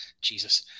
Jesus